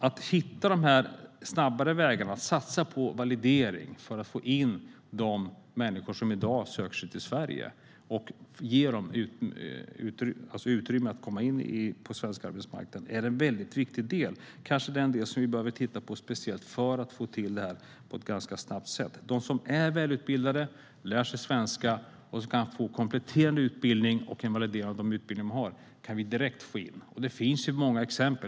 Att hitta dessa snabbare vägar och att satsa på validering för att få in de människor som i dag söker sig till Sverige och ge dem utrymme att komma in på svensk arbetsmarknad är en mycket viktig del och kanske den del som vi behöver titta speciellt på. De som är välutbildade, lär sig svenska, som kan få kompletterande utbildning och en validering av den utbildning som de har kan vi få in direkt på arbetsmarknaden. Det finns många exempel.